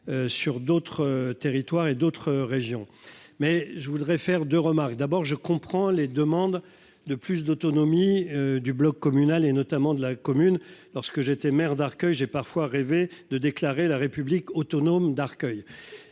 Sur d'autres territoires et d'autres régions. Mais je voudrais faire 2 remarques, d'abord je comprends les demandes de plus d'autonomie du bloc communal et notamment de la commune lorsque j'étais maire d'Arcueil. J'ai parfois rêvé de déclarer la république autonome d'Arcueil.